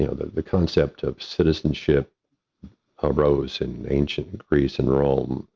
you know, the the concept of citizenship arose in ancient greece and rome.